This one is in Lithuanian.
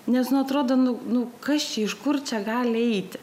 nes nu atrodo nu nu kas čia iš kur čia gali eiti